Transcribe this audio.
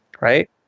right